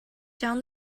down